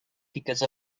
because